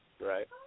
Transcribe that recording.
Right